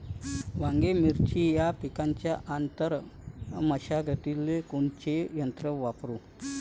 वांगे, मिरची या पिकाच्या आंतर मशागतीले कोनचे यंत्र वापरू?